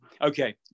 Okay